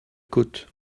côte